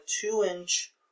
two-inch